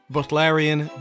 Butlerian